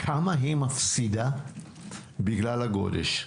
כמה היא מפסידה בגלל הגודש?